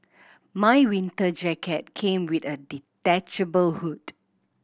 my winter jacket came with a detachable hood